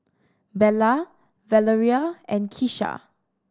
Bella Valeria and Kisha